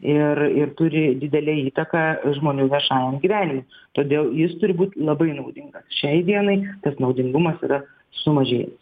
ir ir turi didelę įtaką žmonių viešajam gyvenimui todėl jis turi būti labai naudingas šiai dienai tas naudingumas yra sumažėjęs